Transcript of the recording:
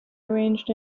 arranged